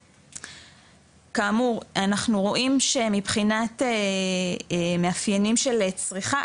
כאמור אנחנו רואים שמבחינת מאפיינים של צריכה,